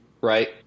right